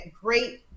great